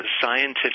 scientific